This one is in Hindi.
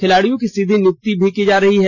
खिलाड़ियों की सीधी नियुक्ति भी की जा रही है